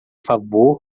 favor